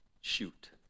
shoot